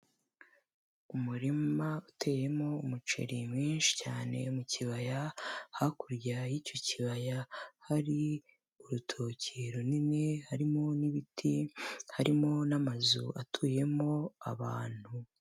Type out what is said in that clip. Umurima uteyemo umuceri mwinshi cyane mu kibaya, hakurya y'icyo kibaya hari urutoki runini harimo n'ibiti, harimo n'amazu atuyemo abantu.